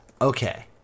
Okay